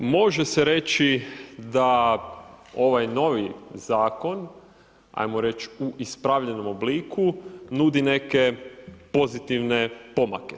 Može se reći da ovaj novi Zakon, ajmo reći u ispravljenom obliku nudi neke pozitivne pomake.